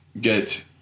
get—